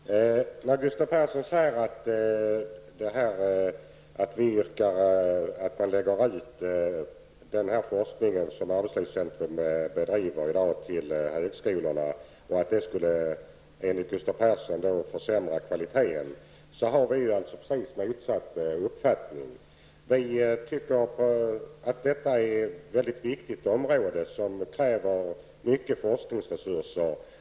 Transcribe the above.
Herr talman! Gustav Persson säger att vi yrkar att den forskning som i dag bedrivs vid arbetslivscentrum skall läggas ut på högskolorna. Det skulle enligt Gustav Persson försämra kvaliteten. Vi har precis motsatt uppfattning. Vi tycker att detta är ett viktigt område som kräver mycket forskningsresurser.